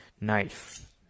knife